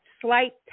slight